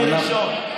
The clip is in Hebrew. אני ראשון.